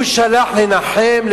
הוא שלח לנחם,